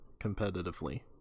competitively